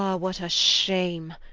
what a shame,